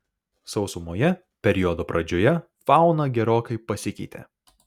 sausumoje periodo pradžioje fauna gerokai pasikeitė